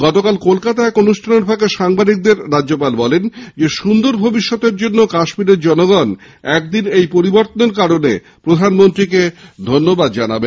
গতকাল কলকাতায় এক অনুষ্ঠানের ফাঁকে সাংবাদিকদের তিনি বলেন সন্দর ভবিষ্যতের জন্য কাশ্মীরের জনগণ একদিন এই পরিবর্তনের কারণে প্রধানমন্ত্রীকে ধন্যবাদ জানাবেন